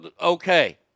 okay